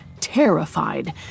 Terrified